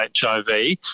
HIV